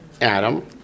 Adam